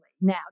now